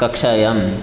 कक्षायां